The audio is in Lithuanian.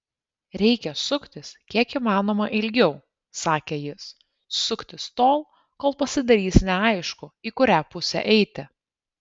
reikia suktis kiek įmanoma ilgiau sakė jis suktis tol kol pasidarys neaišku į kurią pusę eiti